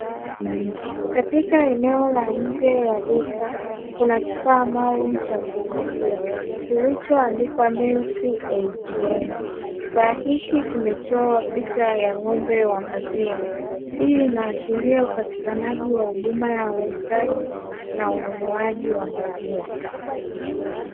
Katika eneo la nje ya duka kuna kifaa maalumu cha kuuzia kilichoandikwa"Milk ATM". Kifaa hiki kimechorwa picha ya ng'ombe wa maziwa. Hii inaashiria upatikanaji wa huduma ya uuzaji na ununuaji wa maziwa.